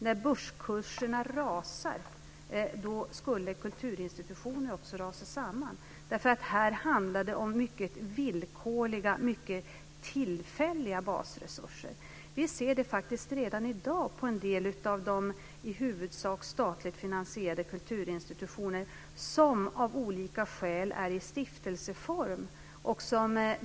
När börskurserna rasar skulle kulturinstitutionerna också rasa samman. Här handlar det om mycket villkorliga och tillfälliga basresurser. Vi ser det faktiskt redan i dag på en del av de i huvudsak statligt finansierade kulturinstitutioner som av olika skäl är i stiftelseform.